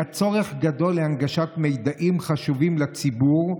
היה צורך גדול בהנגשת מידעים חשובים לציבור,